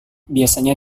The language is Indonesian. biasanya